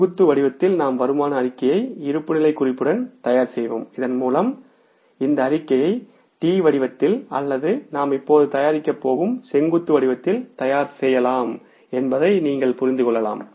செங்குத்து வடிவத்தில் நாம் வருமான அறிக்கையை இருப்புநிலைக் குறிப்புடன் தயார் செய்வோம் இதன்மூலம் இந்த அறிக்கைகளை T வடிவத்தில் அல்லது நாம் இப்போது தயாரிக்கப் போகும் செங்குத்து வடிவத்தில் தயார் செய்யலாம் என்பதை நீங்கள் புரிந்து கொள்ளலாம்